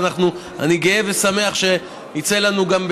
ואני גאה ושמח שיצא לנו גם,